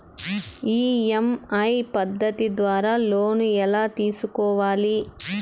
EMI పద్ధతి ద్వారా loan ఎలా తీసుకోవాలి